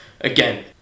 again